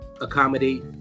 accommodate